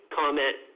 comment